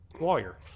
lawyer